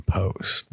post